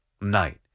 night